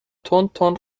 تندتند